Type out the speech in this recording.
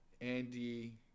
Andy